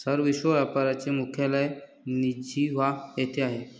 sir, विश्व व्यापार चे मुख्यालय जिनिव्हा येथे आहे